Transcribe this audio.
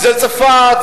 זה צפת,